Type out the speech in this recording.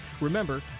Remember